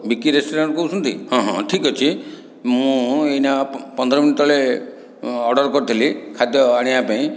ବିକି ରେଷ୍ଟୁରାଣ୍ଟରୁ କହୁଛନ୍ତି ହଁ ହଁ ଠିକ୍ ଅଛି ମୁଁ ଏଇନା ପନ୍ଦର ମିନିଟ ତଳେ ଅର୍ଡ଼ର କରିଥିଲି ଖାଦ୍ୟ ଆଣିବା ପାଇଁ